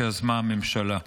שיזמה הממשלה.